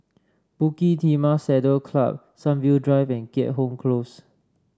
Bukit Timah Saddle Club Sunview Drive and Keat Hong Close